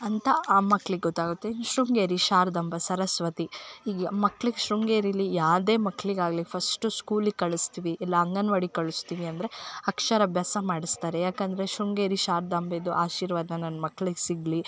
ಅಂತ ಆ ಮಕ್ಳಿಗೆ ಗೊತ್ತಾಗುತ್ತೆ ಈ ಶೃಂಗೇರಿ ಶಾರದಾಂಬ ಸರಸ್ವತಿ ಈಗ್ ಯಾ ಮಕ್ಳಿಗೆ ಶೃಂಗೇರಿಲಿ ಯಾವುದೇ ಮಕ್ಳಿಗೆ ಆಗಲಿ ಫಸ್ಟು ಸ್ಕೂಲಿಗೆ ಕಳಿಸ್ತೀವಿ ಇಲ್ಲ ಅಂಗನವಾಡಿಗ್ ಕಳಿಸ್ತೀವಿ ಅಂದರೆ ಅಕ್ಷರ ಅಭ್ಯಾಸ ಮಾಡಿಸ್ತಾರೆ ಯಾಕಂದರೆ ಶೃಂಗೇರಿ ಶಾರದಾಂಬೆದು ಆಶೀರ್ವಾದ ನನ್ನ ಮಕ್ಳಿಗೆ ಸಿಗಲಿ